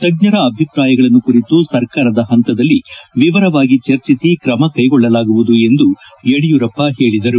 ತಜ್ಞರ ಅಭಿಪ್ರಾಯಗಳನ್ನು ಕುರಿತು ಸರ್ಕಾರದ ಹಂತದಲ್ಲಿ ವಿವರವಾಗಿ ಚರ್ಚಿಸಿ ಕ್ರಮ ಕ್ನೆಗೊಳ್ಲಲಾಗುವುದು ಎಂದು ಯಡಿಯೂರಪ್ಪ ಹೇಳಿದರು